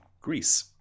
Greece